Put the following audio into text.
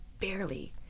barely